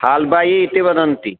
हाल्बायि इति वदन्ति